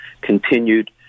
continued